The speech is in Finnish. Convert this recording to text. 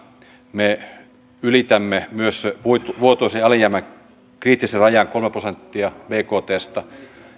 me ylitämme myös vuotuisen alijäämän kriittisen rajan kolme prosenttia bktstä